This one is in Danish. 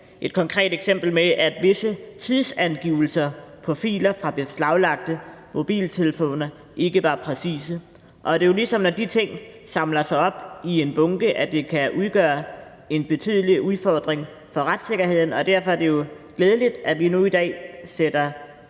et konkret eksempel med, at visse tidsangivelser i filer fra beslaglagte mobiltelefoner ikke var præcise. Og når det er, som om de ting hober sig op, kan det udgøre en betydelig udfordring for retssikkerheden. Og derfor er det jo glædeligt, at vi nu i dag sætter